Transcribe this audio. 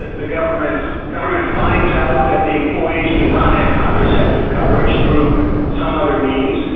the government government finds out that the employees do not have contraceptive coverage through some other means.